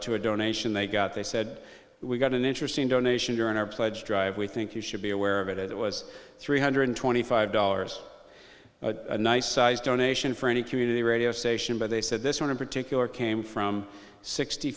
to a donation they got they said we got an interesting donation during our pledge drive we think you should be aware of it it was three hundred twenty five dollars a nice sized donation for any community radio station but they said this one in particular came from sixty